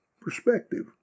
perspective